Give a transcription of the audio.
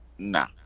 nah